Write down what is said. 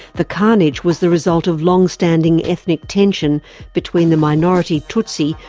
the carnage was the result of longstanding ethnic tension between the minority tutsi,